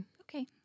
Okay